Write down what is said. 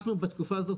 אנחנו בתקופה הזו,